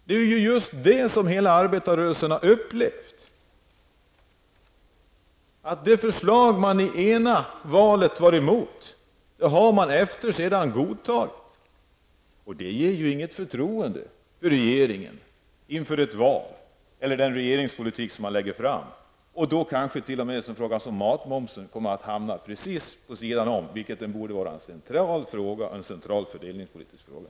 Det är just detta som hela arbetarrörelsen har upplevt. Det förslag som man i det ena valet var emot har man sedan godtagit. Det ger ju inget förtroende för regeringen inför ett val eller för den regeringspolitik som läggs fram. Då kan t.o.m. en fråga som matmomsen komma att hamna precis på sidan om, vilket borde vara en central fördelningspolitisk fråga.